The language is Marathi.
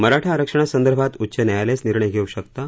मराठा आरक्षणासंदर्भात उच्च न्यायालयच निर्णय घेऊ शकतं